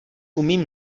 umím